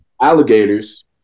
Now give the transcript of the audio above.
Alligators